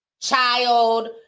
child